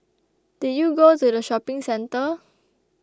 did you go to the shopping centre